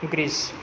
Greece